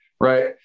right